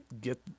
get